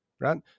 Right